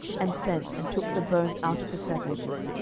and sent, and took the bones out of the sepulchres,